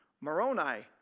Moroni